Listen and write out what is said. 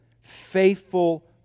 faithful